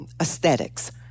aesthetics